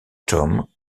thom